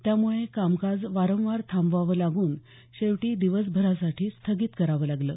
त्यामुळे कामकाज वारंवार थांबवावं लागून शेवटी दिवसभरासाठी स्थगित करावं लागलं